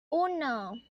uno